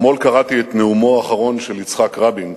אתמול קראתי את נאומו האחרון של יצחק רבין